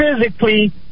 physically